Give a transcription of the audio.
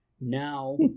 Now